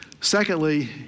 Secondly